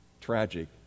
tragic